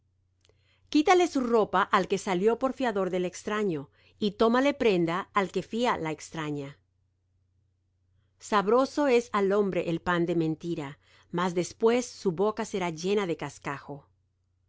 quítale su ropa al que salió por fiador del extraño y tómale prenda al que fía la extraña sabroso es al hombre el pan de mentira mas después su boca será llena de cascajo